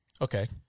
Okay